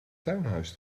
tuinhuis